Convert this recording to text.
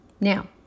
Now